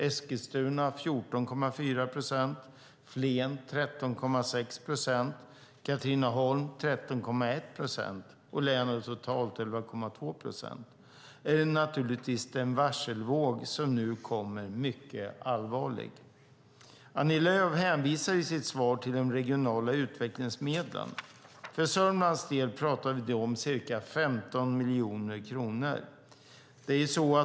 Eskilstuna har 14,4 procent, Flen 13,6 procent, Katrineholm 13,1 procent och länet totalt 11,2 procent. För Södermanland är därför den varselvåg som nu kommer mycket allvarlig. Annie Lööf hänvisar i sitt svar till de regionala utvecklingsmedlen. För Södermanlands del talar vi om ca 15 miljoner kronor.